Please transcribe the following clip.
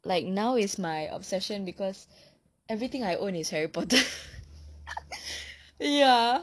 like now is my obsession because everything I own is harry potter ya